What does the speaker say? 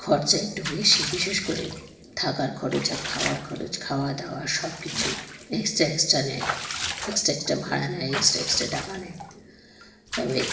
খরচা একটু বেশি বিশেষ করে থাকার খরচ আর খাওয়ার খরচ খাওয়া দাওয়া সব কিছু এক্সট্রা এক্সট্রা নেয় এক্সট্রা এক্সট্রা ভাড়া নেয় এক্সট্রা এক্সট্রা টাকা নেয় তবে